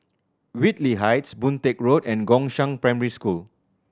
Whitley Heights Boon Teck Road and Gongshang Primary School